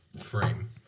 frame